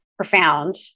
Profound